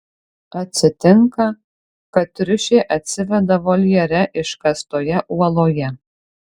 atsitinka kad triušė atsiveda voljere iškastoje uoloje